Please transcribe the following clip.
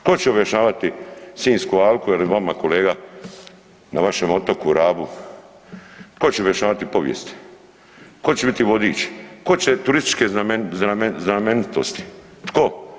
Tko će objašnjavati Sinjsku alku ili vama kolega na vašem otoku Rabu, tko će objašnjavati povijest, tko će biti vodič, tko će turističke znamenitosti, tko?